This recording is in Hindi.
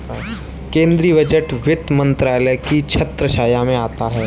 केंद्रीय बजट वित्त मंत्रालय की छत्रछाया में आता है